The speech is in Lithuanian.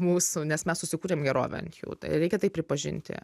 mūsų nes mes susikūrėm gerovę ant jų tai reikia tai pripažinti